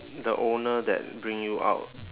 the owner that bring you out